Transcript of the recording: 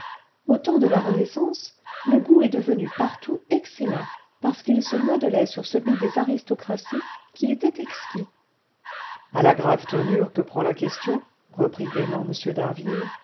temps de la renaissance le goût est devenu partout excellent parce qu'il se modelait sur celui des aristocraties qui était exquis à la grave tournure que prend la question reprit gaiement